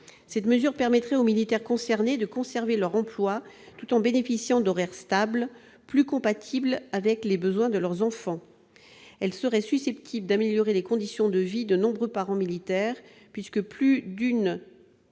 cette mesure permettrait aux militaires concernés de conserver leur emploi, tout en bénéficiant d'horaires stables, plus compatibles avec les besoins de leurs enfants. Elle serait susceptible d'améliorer les conditions de vie de nombreux militaires pères ou